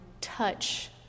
touch